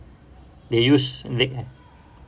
they use leg